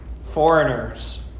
foreigners